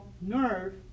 nerve